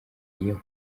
iyo